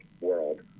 world